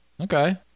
Okay